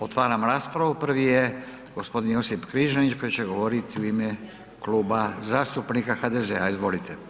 Otvaram raspravu. prvi je g. Josip Križanić koji će govoriti u ime Kluba zastupnika HDZ-a, izvolite.